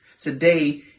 today